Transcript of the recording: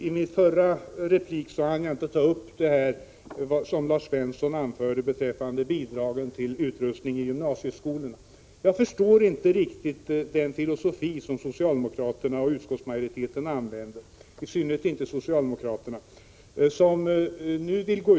I min förra replik hann jag inte ta upp det som Lars Svensson anförde beträffande bidragen till utrustning i gymnasieskolorna. Jag förstår inte riktigt den filosofi som socialdemokraterna och utskottsmajoriteten använder, i synnerhet inte socialdemokraternas filosofi.